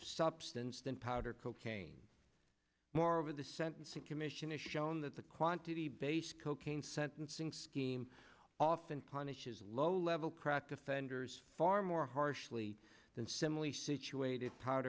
substance than powder cocaine moreover the sentencing commission is shown that the quantity based cocaine sentencing scheme often punishes low level crack offenders far more harshly than similarly situated